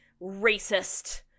racist